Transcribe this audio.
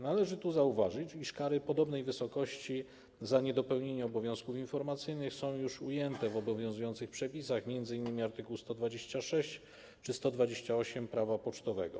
Należy zauważyć, iż kary podobnej wysokości za niedopełnienie obowiązku informacyjnego są już ujęte w obowiązujących przepisach, m.in. w art. 126 czy art. 128 Prawa pocztowego.